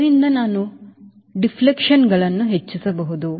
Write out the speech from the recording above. ಆದ್ದರಿಂದ ನಾನು ಡಿಫ್ಲೆಕ್ಷನ್ಗಳನ್ನು ಹೆಚ್ಚಿಸಬಹುದು